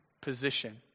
position